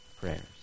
prayers